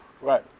Right